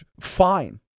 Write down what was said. fine